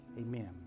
Amen